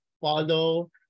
follow